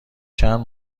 چند